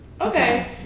Okay